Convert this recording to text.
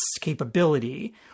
capability